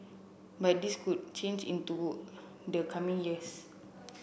but this could change into the coming years